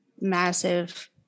massive